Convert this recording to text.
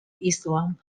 islam